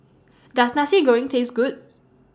Does Nasi Goreng Taste Good